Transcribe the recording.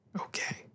Okay